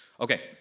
Okay